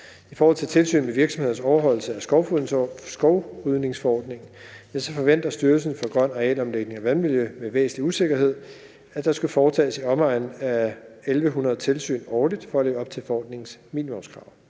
I forhold til tilsyn med virksomheders overholdelse af skovrydningsforordningen forventer Styrelsen for Grøn Arealomlægning og Vandmiljø – med væsentlig usikkerhed – at der skal foretages i omegnen af 1.100 tilsyn årligt for at leve op til forordningens minimumskrav.